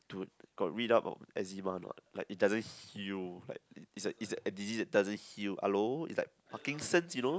to got read out or not like he doesn't heal like is a is a disease doesn't heal hello is like Parkinson you know